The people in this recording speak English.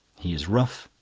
he is rough,